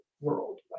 world